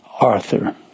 Arthur